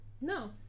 No